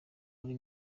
muri